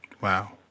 Wow